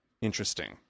interesting